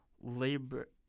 labor